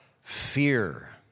fear